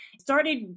started